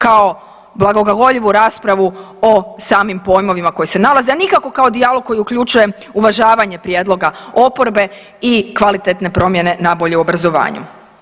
Kao blagoglagoljivu raspravu o samim pojmovima koji se nalaze, a nikako kao dijalog koji uključuje uvažavanje prijedloga oporbe i kvalitetne promjene nabolje u obrazovanju.